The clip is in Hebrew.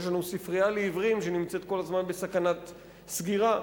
יש לנו ספרייה לעיוורים שנמצאת כל הזמן בסכנת סגירה.